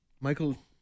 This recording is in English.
Michael